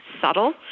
subtle –